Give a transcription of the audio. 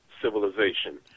Civilization